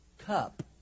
cup